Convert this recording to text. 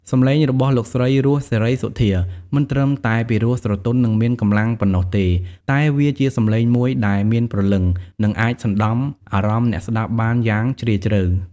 សំឡេងរបស់លោកស្រី រស់ សេរីសុទ្ធា មិនត្រឹមតែពីរោះស្រទន់ និងមានកម្លាំងប៉ុណ្ណោះទេ តែវាជាសំឡេងមួយដែល មានព្រលឹង និង អាចសំណ្ដំអារម្មណ៍អ្នកស្តាប់បានយ៉ាងជ្រាលជ្រៅ។